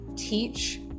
teach